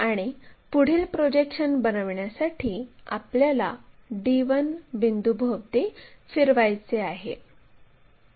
आणि पुढील प्रोजेक्शन बनविण्यासाठी आपल्याला d1 बिंदूभोवती फिरवायचे आहे